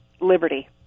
liberty